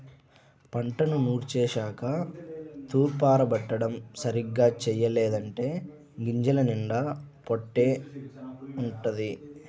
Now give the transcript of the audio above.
పంటను నూర్చేశాక తూర్పారబట్టడం సరిగ్గా చెయ్యలేదంటే గింజల నిండా పొట్టే వుంటది